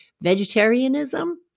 vegetarianism